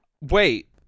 Wait